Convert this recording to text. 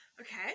Okay